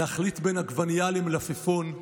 להחליט בין עגבנייה למלפפון,